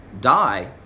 die